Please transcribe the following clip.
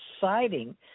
sighting